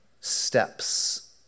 steps